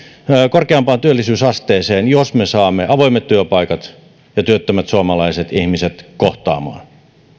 korkeampaan työllisyysasteeseen jos me saamme avoimet työpaikat ja työttömät suomalaiset ihmiset kohtaamaan